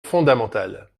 fondamentale